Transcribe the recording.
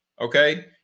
Okay